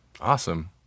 Awesome